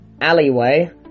alleyway